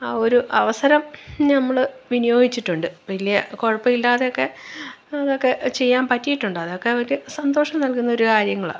ഒരു അവസരം നമ്മള് വിനിയോഗിച്ചിട്ടുണ്ട് വലിയ കുഴപ്പമില്ലാതെയൊക്കെ അതൊക്കെ ചെയ്യാന് പറ്റിയിട്ടുണ്ടതൊക്കെ അവർക്ക് സന്തോഷം നൽകുന്നൊരു കാര്യങ്ങളാണ്